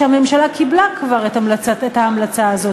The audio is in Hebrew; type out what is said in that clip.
שהממשלה קיבלה כבר את ההמלצה הזאת,